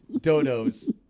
dodos